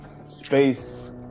space